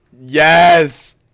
Yes